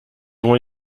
vont